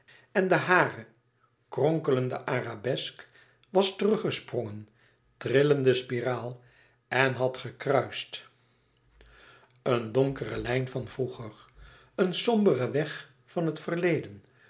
en de hare kronkelende arabesk was teruggesprongen trillende spiraal en had gekruist een donkere lijn van vroeger een sombere weg van het verleden